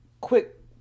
quick